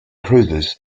cruisers